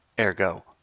ergo